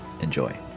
Enjoy